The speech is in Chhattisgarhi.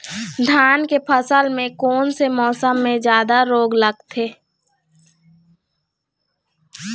धान के फसल मे कोन से मौसम मे जादा रोग लगथे?